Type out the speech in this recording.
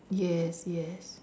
yes yes